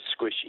squishy